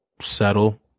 settle